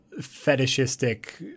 fetishistic